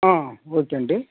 okay అండి